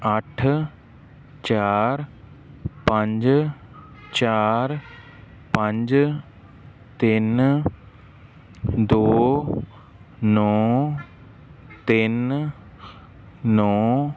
ਅੱਠ ਚਾਰ ਪੰਜ ਚਾਰ ਪੰਜ ਤਿੰਨ ਦੋ ਨੌਂ ਤਿੰਨ ਨੌਂ